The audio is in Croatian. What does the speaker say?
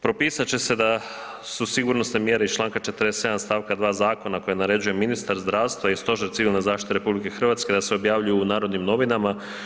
Propisat će se da su sigurnosne mjere iz članka 47. stavka 2. zakona koje naređuje ministar zdravstva i Stožer civilne zaštite RH da se objavljuju u Narodnim novinama.